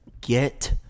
get